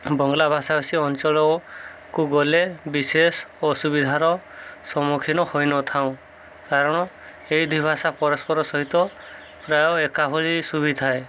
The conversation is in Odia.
ବଙ୍ଗଳା ଭାଷା ଭାଷୀ ଅଞ୍ଚଳକୁ ଗଲେ ବିଶେଷ ଅସୁବିଧାର ସମ୍ମୁଖୀନ ହୋଇନଥାଉ କାରଣ ଏଇ ଦୁଇ ଭାଷା ପରସ୍ପର ସହିତ ପ୍ରାୟ ଏକାଭଳି ସୁଭିିଥାଏ